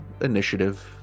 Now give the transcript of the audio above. initiative